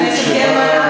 חברת הכנסת גרמן,